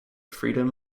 freedom